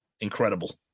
incredible